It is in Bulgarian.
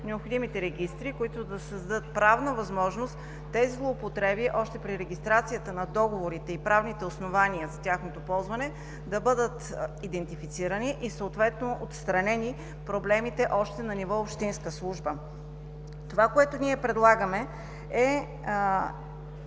необходимите регистри, които да създадат правна възможност тези злоупотреби още при регистрацията на договорите и правните основания за тяхното ползване да бъдат идентифицирани и проблемите съответно да бъдат отстранени още на ниво общинска служба. Това, което ние предлагаме, е